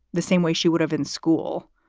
the same way she would have in school.